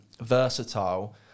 versatile